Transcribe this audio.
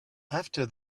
after